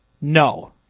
No